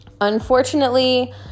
Unfortunately